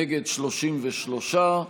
נגד, 33,